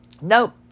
Nope